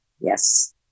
Yes